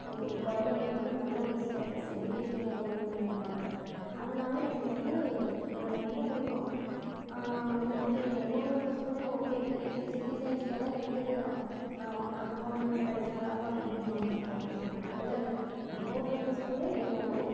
ஒரு குழந்தைங்களுக்கு ஒரு நல்ல ஒரு ஸ்டேட்டஸ் எஜுகேஷன் தான் கொண்டு வந்துடனுன்னு நினப்பாங்க அதனால எனக்கு வந்து எனக்கு ரொம்ப பிடிக்கும் எனக்கு எங்கள் ஊரில் இருக்க ஸ்கூலே ஓகே பெரிய பெரிய சிட்டி சைட்ஸ்லலாம் இருக்குது அங்கே போனால் இன்னும் ஸ்டடிஸ் நல்லாயிருக்கும் அப்படி இப்படிம்பாங்க ஓகே எனக்கு அப்படிலாம் இல்லை எங்கள் ஊரில் இருக்க ஸ்கூலே எனக்கு வந்து